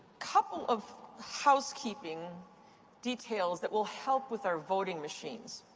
couple of housekeeping details that will help with our voting machines.